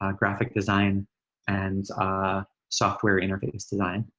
um graphic design and software interface design.